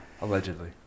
Allegedly